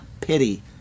pity